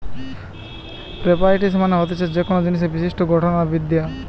properties মানে হতিছে কোনো জিনিসের বিশিষ্ট গঠন আর বিদ্যা